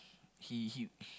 he he